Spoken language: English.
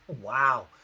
Wow